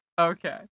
Okay